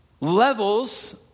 levels